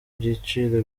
ibiciro